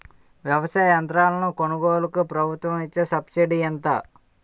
వ్యవసాయ యంత్రాలను కొనుగోలుకు ప్రభుత్వం ఇచ్చే సబ్సిడీ ఎంత?